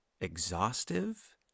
exhaustive